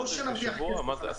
לא כדי שנרוויח כסף.